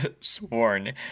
sworn